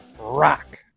Rock